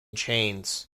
chains